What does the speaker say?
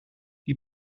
die